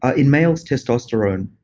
ah in males, testosterone.